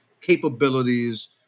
capabilities